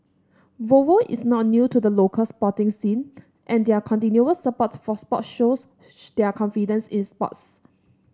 Volvo is not new to the local sporting scene and their continuous support for sports shows their confidence in sports